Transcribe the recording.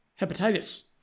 hepatitis